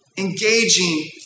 engaging